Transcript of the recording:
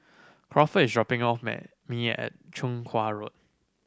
Crawford is dropping off me at Chong Kuo Road